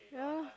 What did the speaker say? yeah